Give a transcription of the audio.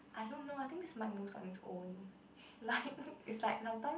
I don't know I think this mic moves on it's own like it's like sometimes